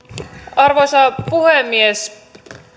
arvoisa puhemies